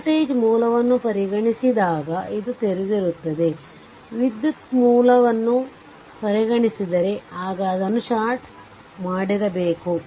voltage ಮೂಲವನ್ನು ಪರಿಗಣಿಸಿದಾಗ ಇದು ತೆರೆದಿರುತ್ತದೆ ವಿದ್ಯುತ್ ಮೂಲವನ್ನು ಪರಿಗಣಿದರೆ ಆಗ ಅದನ್ನು ಷಾರ್ಟ್ ಮಾಡಿರಬೇಕು